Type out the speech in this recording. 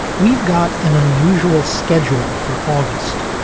we've got an unusual schedule for august,